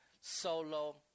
solo